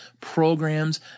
programs